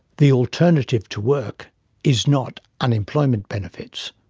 the alternative to work is not unemployment benefits.